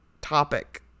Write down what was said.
topic